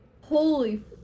Holy